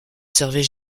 servait